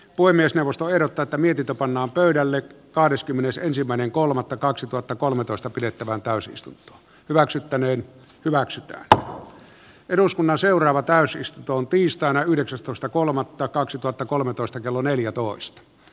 puhemiesneuvosto herrat tätä mietitä pannaan pöydälle kahdeskymmenesensimmäinen kolmatta kaksituhattakolmetoista pidettävään täysistunto hyväksyttäneen hyväksytään eduskunnan seuraava täysistuntoon tiistaina yhdeksästoista kolmannetta kaksituhattakolmetoista kello neljätoista